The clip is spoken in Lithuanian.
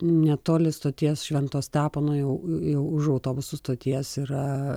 netoli stoties švento stepono jau jau už autobusų stoties yra